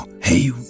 Hey